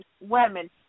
women